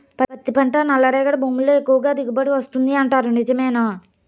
పత్తి పంట నల్లరేగడి భూముల్లో ఎక్కువగా దిగుబడి వస్తుంది అంటారు నిజమేనా